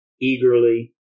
eagerly